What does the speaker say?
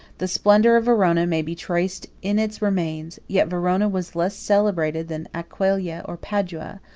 the splendor of verona may be traced in its remains yet verona was less celebrated than aquileia or padua,